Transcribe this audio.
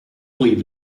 leave